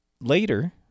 Later